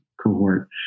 cohort